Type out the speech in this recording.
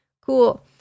Cool